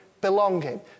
belonging